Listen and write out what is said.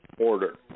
Order